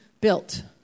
built